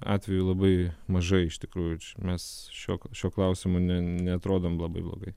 atvejų labai mažai iš tikrųjų mes šio šiuo klausimu neatrodom labai blogai